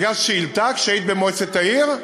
הגשת שאילתה כשהיית במועצת העיר?